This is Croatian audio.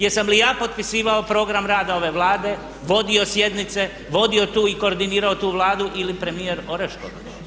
Jesam li ja potpisivao program rada ove Vlade, vodio sjednice, vodio tu i koordinirao tu Vladu ili premijer Orešković?